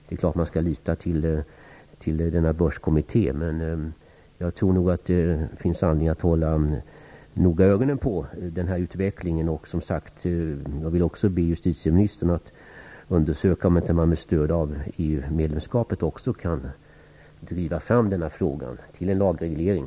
Det är klart att man skall lita till börskommittén, men jag tror att det finns anledning att noga hålla ögonen på denna utveckling. Jag vill också be justitieministern att undersöka om man inte med stöd av EU-medlemskapet kan driva denna fråga, så att det blir en lagreglering.